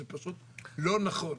זה פשוט לא נכון.